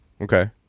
Okay